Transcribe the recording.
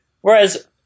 Whereas